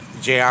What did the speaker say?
JR